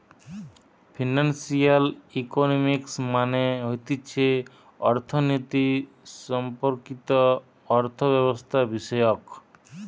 financial economics মানে হতিছে অর্থনীতি সম্পর্কিত অর্থব্যবস্থাবিষয়ক